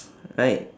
right